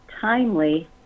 timely